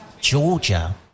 Georgia